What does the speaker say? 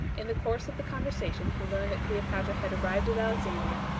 in the course of the conversation he learned that cleopatra had arrived at alexandria,